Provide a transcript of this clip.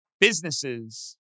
businesses